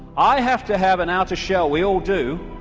i have to have an outer shell, we all do,